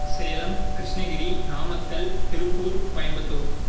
Salem Krishnagiri Namakkal Tiruppur Coimbatore